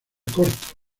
corto